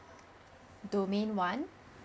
domain one